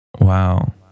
Wow